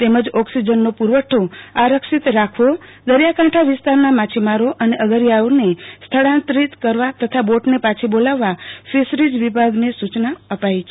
તેમજ ઓકિસજનનો પુરવઠો આરક્ષિત રાખવો દરિયાકાંઠા વિસ્તારના માછીમારો અને અગરીયાઓને સ્થળાતરી કરવા તથા બોટને પાછી બોલાવવા ફિશરીંગ વિભાગને સુચના અપાઈ છે